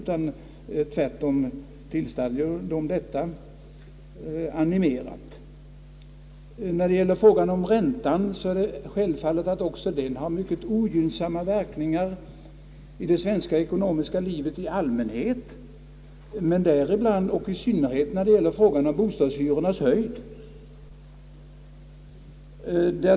Tvärtom tillstadde ju de borgerliga detta animerat. Räntan har ju självfallet ogynnsamma verkningar på det svenska ekonomiska livet i allmänhet, men i synnerhet när det gäller frågan om bostadshyrornas höjd.